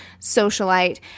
socialite